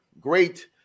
great